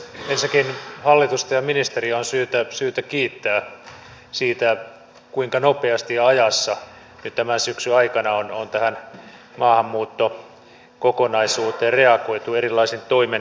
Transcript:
ensinnäkin hallitusta ja ministeriä on syytä kiittää siitä kuinka nopeasti ja ajassa tämän syksyn aikana on tähän maahanmuuttokokonaisuuteen reagoitu erilaisin toimenpitein